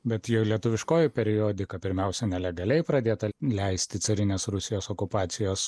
bet jau lietuviškoji periodika pirmiausia nelegaliai pradėta leisti carinės rusijos okupacijos